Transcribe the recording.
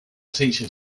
teacher